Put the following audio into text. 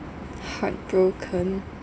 heartbroken